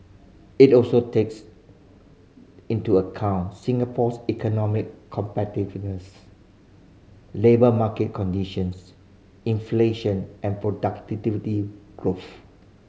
it also takes into account Singapore's economic competitiveness labour market conditions inflation and productivity growth